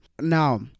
Now